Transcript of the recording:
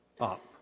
up